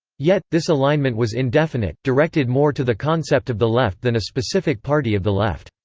yet, this alignment was indefinite, directed more to the concept of the left than a specific party of the left.